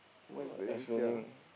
excluding